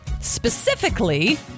Specifically